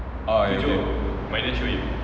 oh is it